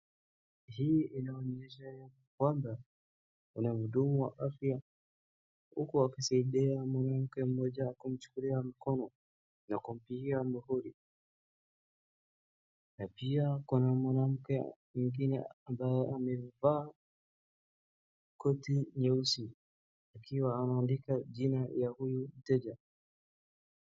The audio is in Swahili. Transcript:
Hii inaonyesha ya kwamba kuna mhudumu wa afya huku wakisaidia mwanamke mmoja kumchukulia mkono na kumpigia muhuri, na pia kuna mwanamke mwingine ambaye amevaa koti nyeusi akiwa anaandika jina ya huyu mteja.